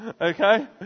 Okay